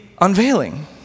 unveiling